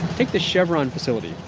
take this chevron facility.